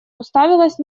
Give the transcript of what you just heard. уставилась